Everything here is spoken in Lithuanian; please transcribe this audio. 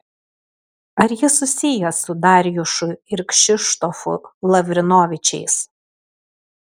ar jis susijęs su darjušu ir kšištofu lavrinovičiais